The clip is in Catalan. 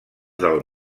del